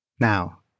Now